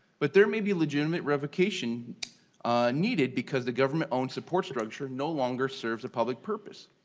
but there may be legitimate revocation needed because the government owns support structure no longer serves the public purpose.